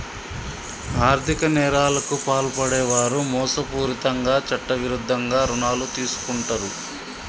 ఆర్ధిక నేరాలకు పాల్పడే వారు మోసపూరితంగా చట్టవిరుద్ధంగా రుణాలు తీసుకుంటరు